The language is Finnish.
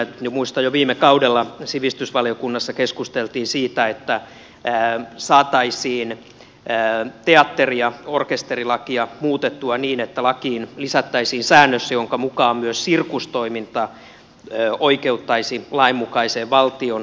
muistan että jo viime kaudella sivistysvaliokunnassa keskusteltiin siitä että saataisiin teatteri ja orkesterilakia muutettua niin että lakiin lisättäisiin säännös jonka mukaan myös sirkustoiminta oikeuttaisi lainmukaiseen valtionosuuteen